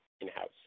in-house